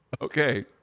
Okay